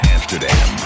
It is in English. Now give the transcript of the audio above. Amsterdam